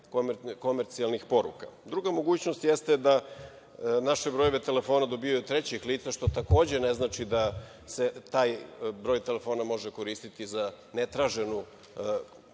komercijalnih poruka. Druga mogućnost jeste da naše brojeve telefona dobijaju od trećeg lica, što takođe ne znači da se taj broj telefona može koristiti za ne traženu